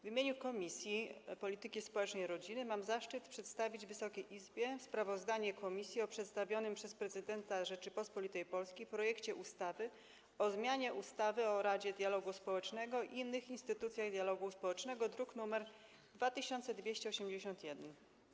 W imieniu Komisji Polityki Społecznej i Rodziny mam zaszczyt przedstawić Wysokiej Izbie sprawozdanie komisji o przedstawionym przez prezydenta Rzeczypospolitej Polskiej projekcie ustawy o zmianie ustawy o Radzie Dialogu Społecznego i innych instytucjach dialogu społecznego, druk nr 2281.